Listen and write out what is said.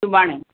सुभाणे